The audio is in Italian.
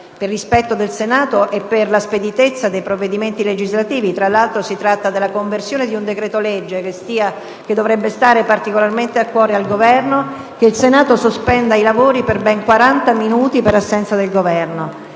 per rispetto del Senato e per la speditezza dei provvedimenti legislativi (tra l'altro si tratta della conversione di un decreto-legge che dovrebbe stare particolarmente a cuore al Governo), che il Senato sospenda i lavori per ben quaranta minuti a causa dell'assenza